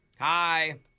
Hi